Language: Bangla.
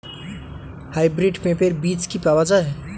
হাইব্রিড পেঁপের বীজ কি পাওয়া যায়?